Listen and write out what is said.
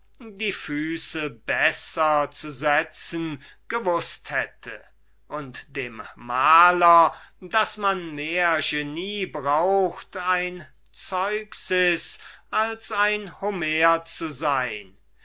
die füße besser zu setzen gewußt hätte und dem maler daß man mehr genie braucht ein zeuxes als ein homer zu sein